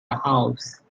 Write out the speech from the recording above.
house